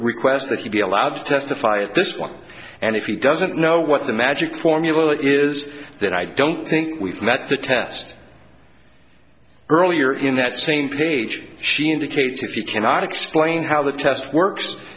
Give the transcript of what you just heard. requests that he be allowed to testify at this one and if he doesn't know what the magic formula is that i don't think we've met the test earlier in that same page she indicates if you cannot explain how the test works